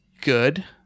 good